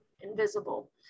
invisible